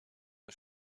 nur